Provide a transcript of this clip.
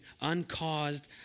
uncaused